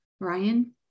Ryan